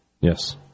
yes